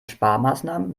sparmaßnahmen